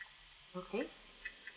okay